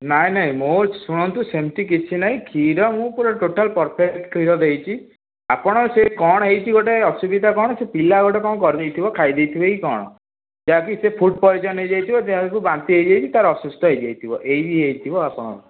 ନାହିଁ ନାହିଁ ମୋ ଶୁଣନ୍ତୁ ସେମିତି କିଛି ନାହିଁ କ୍ଷୀର ମୁଁ ପୁରା ଟୋଟାଲ୍ ପରଫେକ୍ଟ କ୍ଷୀର ଦେଇଛି ଆପଣ ସେ କ'ଣ ହେଇଛି ଗୋଟେ ଅସୁବିଧା କ'ଣ ସେ ପିଲା ଗୋଟେ କ'ଣ କରିଦେଇଥିବ ଖାଇଦେଇଥିବେ କି କ'ଣ ଯାହାକି ସେ ଫୁଡ଼୍ ପଏଜନ୍ ହେଇଯାଇଥିବ ବାନ୍ତି ହେଇଯାଇଛି ତାର ଅସୁସ୍ଥ ହେଇଯାଇଥିବ ଏଇ ହେଇଥିବ ଆପଣ